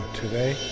today